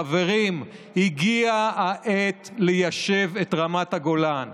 חברים, הגיעה העת ליישב את רמת הגולן.